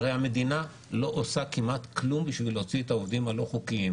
הרי המדינה לא עושה כמעט כלום בשביל להוציא את העובדים הלא חוקיים.